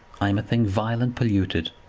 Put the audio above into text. am a thing vile and polluted.